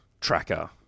tracker